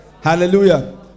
Hallelujah